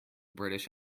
british